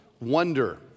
wonder